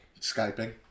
Skyping